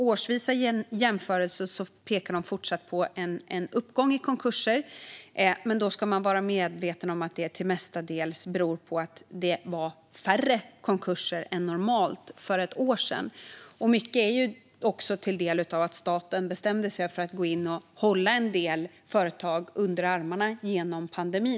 Årsvisa jämförelser pekar på en uppgång i antalet konkurser, men då ska man vara medveten om att de mestadels beror på att det var färre konkurser än normalt för ett år sedan. Mycket beror på att staten bestämde sig för att hålla en del företag under armarna genom pandemin.